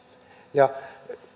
ja